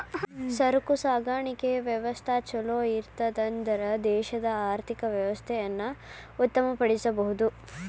ಸರಕು ಸಾಗಾಣಿಕೆಯ ವ್ಯವಸ್ಥಾ ಛಲೋಇತ್ತನ್ದ್ರ ದೇಶದ ಆರ್ಥಿಕ ವ್ಯವಸ್ಥೆಯನ್ನ ಉತ್ತಮ ಪಡಿಸಬಹುದು